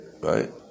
Right